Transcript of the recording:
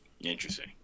Interesting